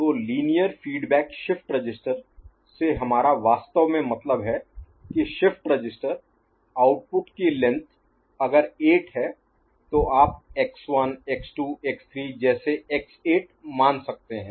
तो linear feedback shift register से हमारा वास्तव में मतलब है कि शिफ्ट रजिस्टर आउटपुट कि लेंथ Length लेंथ अगर 8 है तो आप x1 x2 x3 जैसे x8 मान सकते हैं